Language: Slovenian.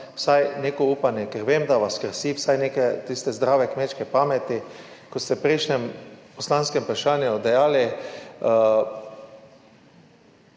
vsaj neko upanje, ker vem, da vas krasi vsaj nekaj tiste zdrave kmečke pameti. Kot ste v prejšnjem poslanskem vprašanju dejali,